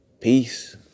peace